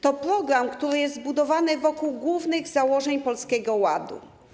To program, który jest zbudowany wokół głównych założeń Polskiego Ładu.